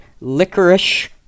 Licorice